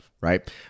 right